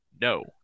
no